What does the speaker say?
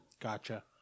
Gotcha